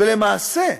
ולמעשה,